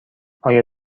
آیا